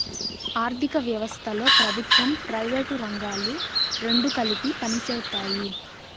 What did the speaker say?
ఆర్ధిక వ్యవస్థలో ప్రభుత్వం ప్రైవేటు రంగాలు రెండు కలిపి పనిచేస్తాయి